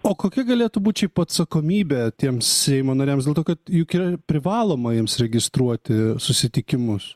o kokia galėtų būt šiaip atsakomybė tiems seimo nariams dėl to kad juk yra privaloma jiems registruoti susitikimus